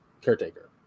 caretaker